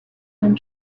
and